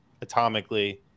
atomically